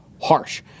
harsh